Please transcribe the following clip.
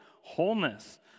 wholeness